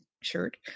shirt